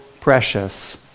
precious